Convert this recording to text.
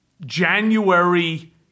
January